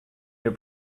your